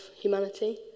humanity